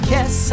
Yes